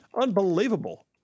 Unbelievable